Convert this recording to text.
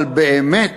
אבל באמת